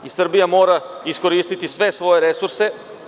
Srbija mora iskoristiti sve svoje resurse.